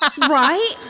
Right